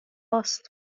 است